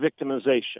victimization